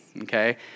okay